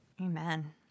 Amen